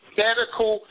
medical